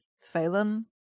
Phelan